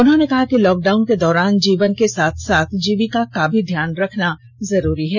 उन्होंने कहा कि लॉक डाउन के दौरान जीवन के साथ साथ जीविका का भी ध्यान रखना जरूरी है